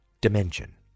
dimension